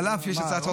אף שיש הצעת חוק